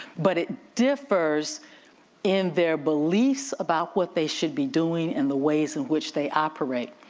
but it differs in their beliefs about what they should be doing and the ways in which they operate.